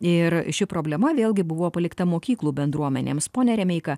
ir ši problema vėlgi buvo palikta mokyklų bendruomenėms pone remeika